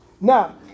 Now